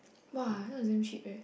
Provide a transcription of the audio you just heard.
!wah! that's damn cheap eh